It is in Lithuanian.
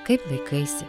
kaip laikaisi